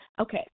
Okay